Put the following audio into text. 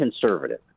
conservative